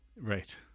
right